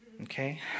okay